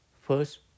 First